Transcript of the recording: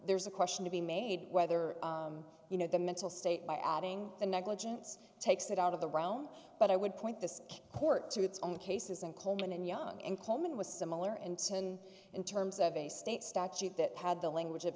there's a question to be made whether you know the mental state by adding the negligence takes it out of the room but i would point this court to its own cases and coleman and young and coleman was similar and certain in terms of a state statute that had the language of